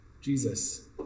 Jesus